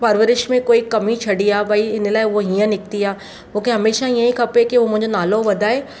परवरिश में कोई कमी छॾी आहे भई इन लाइ उहा हीअं निकिती आहे मूंखे हमेशह हीअईं खपे कि उहो मुंहिंजो नालो वधाए